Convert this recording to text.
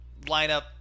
lineup